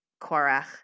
Korach